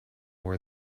where